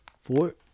Four